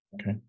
Okay